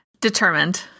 Determined